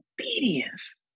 obedience